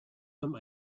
some